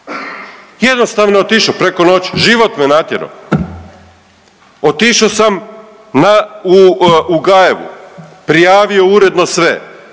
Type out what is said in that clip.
Jednostavno otišao, preko noći, život me natjer'o. otišao sam na, u Gajevu, prijavio uredno sve,